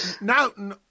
now